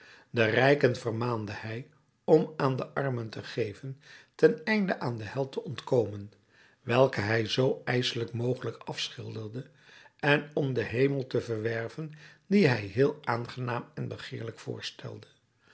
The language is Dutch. de rijken vermaande hij om aan de armen te geven ten einde aan de hel te ontkomen welke hij zoo ijselijk mogelijk afschilderde en om den hemel te verwerven dien hij heel aangenaam en begeerlijk voorstelde